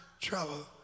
trouble